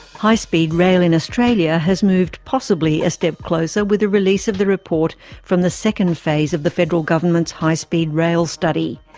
high speed rail in australia has moved possibly a step closer with the release of the report from the second phase of the federal government's high speed rail study.